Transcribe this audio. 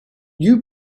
you